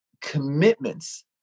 commitments